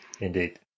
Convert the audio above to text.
Indeed